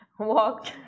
Walk